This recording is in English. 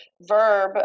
verb